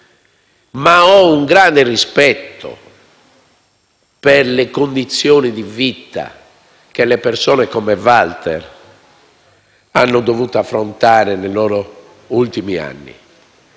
ma ho un grande rispetto per le condizioni di vita che le persone come Walter hanno dovuto affrontare nei loro ultimi anni.